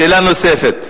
שאלה נוספת,